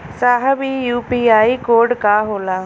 साहब इ UPI code का होला?